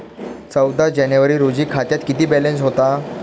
चौदा जानेवारी रोजी खात्यामध्ये किती बॅलन्स होता?